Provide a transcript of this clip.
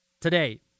today